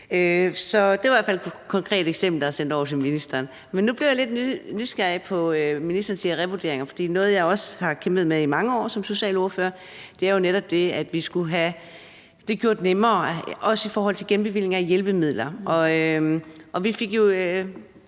Så det var i hvert fald et konkret eksempel, der er sendt over til ministeren Nu blev jeg lidt nysgerrig på, at ministeren siger »revurderinger«. For noget, jeg også har kæmpet med i mange år som socialordfører, er netop det, at vi skulle have gjort det nemmere, også i forhold til genbevilling af hjælpemidler, og vi fik jo